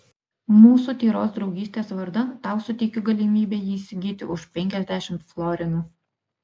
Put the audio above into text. mūsų tyros draugystės vardan tau suteikiu galimybę jį įsigyti už penkiasdešimt florinų